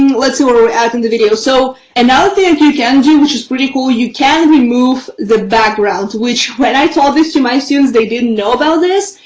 let's say we're adding the video. so another thing like you can do, which is pretty cool, you can remove the background, which when i told this to my students, they didn't know about this.